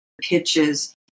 pitches